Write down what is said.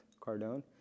Cardone